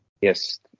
Yes